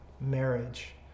marriage